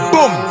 Boom